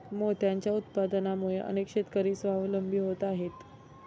मोत्यांच्या उत्पादनामुळे अनेक शेतकरी स्वावलंबी होत आहेत